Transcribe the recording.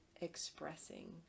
expressing